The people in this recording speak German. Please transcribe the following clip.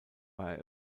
war